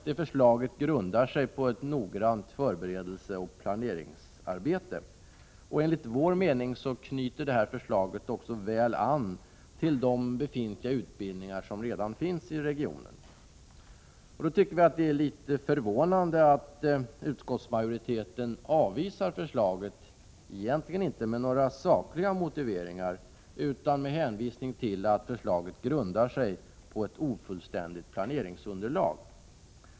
Det förslaget grundar sig på ett noggrant förberedelseoch planeringsarbete. Enligt vår mening knyter detta förslag också väl an till de befintliga utbildningar som redan finns i regionen. Då tycker vi att det är litet förvånande att utskottsmajoriteten avvisar förslaget — egentligen inte med några sakliga motiveringar utan med hänvisning till att förslaget grundar sig på ett ofullständigt planeringsunderlag.